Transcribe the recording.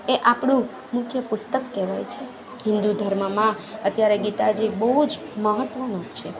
એ આપણું મુખ્ય પુસ્તક કહેવાય છે હિન્દુ ધર્મમાં અત્યારે ગીતાજી એ બહુ જ મહત્વનું છે